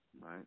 right